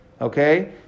Okay